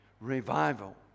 revival